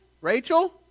Rachel